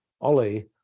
Ollie